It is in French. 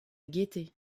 gaîté